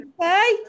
okay